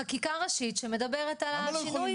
חקיקה ראשית שמדברת על השינוי